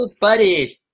buddies